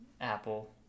apple